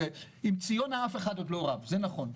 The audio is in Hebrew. עם ציונה אף אחד עם לא רב, זה נכון.